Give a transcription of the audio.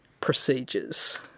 procedures